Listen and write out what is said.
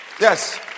yes